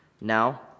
Now